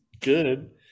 Good